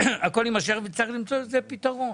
וצריך למצוא לזה פתרון.